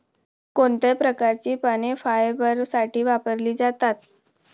कोणत्या प्रकारची पाने फायबरसाठी वापरली जातात?